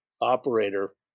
operator